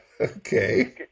Okay